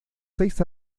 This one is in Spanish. seis